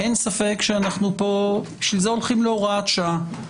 אין ספק שבשביל זה אנחנו הולכים להוראת שעה.